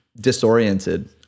disoriented